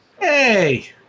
hey